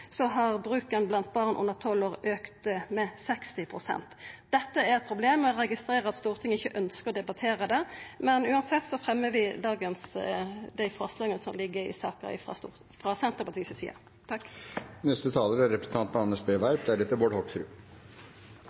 har bruken blant barn under tolv år auka med 60 pst. Dette er eit problem. Eg registrerer at Stortinget ikkje ønskjer å debattera det, men uansett fremjar vi dei forslaga som ligg i saka frå Senterpartiet si side.